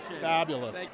Fabulous